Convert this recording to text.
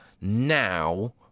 now